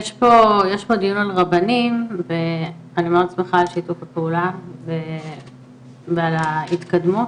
יש פה דיון על רבנים ואני מאוד שמחה על שיתוף הפעולה ועל ההתקדמות,